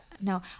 no